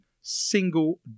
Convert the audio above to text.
single